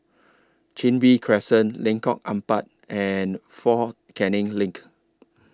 Chin Bee Crescent Lengkong Empat and Fort Canning LINK